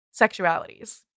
sexualities